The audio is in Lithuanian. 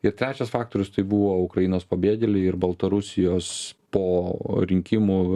ir trečias faktorius tai buvo ukrainos pabėgėliai ir baltarusijos po rinkimų